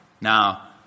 Now